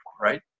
right